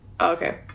Okay